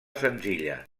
senzilla